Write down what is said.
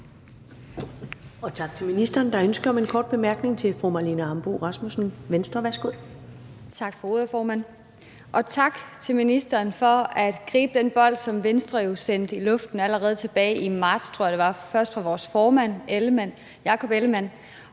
Tak til ministeren. Der er ønske om en kort bemærkning fra fru Marlene Ambo-Rasmussen, Venstre. Værsgo. Kl. 18:17 Marlene Ambo-Rasmussen (V): Tak for ordet, formand. Og tak til ministeren for at gribe den bold, som Venstre jo sendte i luften allerede tilbage i marts – tror jeg det var – først af vores formand, hr. Jakob